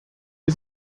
wir